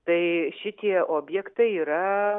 tai šitie objektai yra